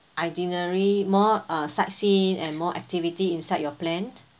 itinerary more uh sightseeing and more activity inside your plan